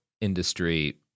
industry